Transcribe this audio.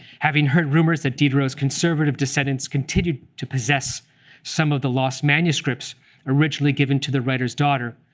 having heard rumors that diderot's conservative descendants continued to possess some of the lost manuscripts originally given to the writer's daughter,